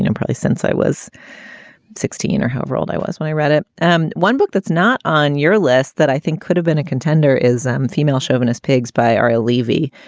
you know price since i was sixteen or however old i was when i read it. and one book that's not on your list that i think could have been a contender is i'm female chauvinist pigs by our leavey,